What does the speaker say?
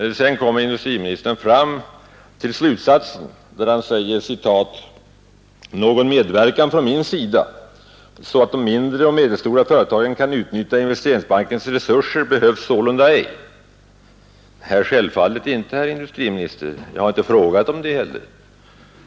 Sedan kommer industriministern fram till slutsatsen och säger: ”Någon medverkan från min sida så att de mindre och medelstora företagen kan utnyttja Investeringsbankens resurser behövs sålunda ej.” Nej, självfallet inte, herr industriminister, jag har inte frågat om det heller.